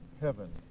heaven